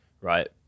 right